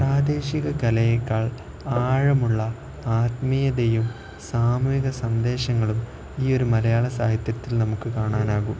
പ്രാദേശിക കലയെക്കാൾ ആഴമുള്ള ആത്മീയതയും സാമൂഹിക സന്ദേശങ്ങളും ഈയൊരു മലയാള സാഹിത്യത്തിൽ നമുക്ക് കാണാനാകും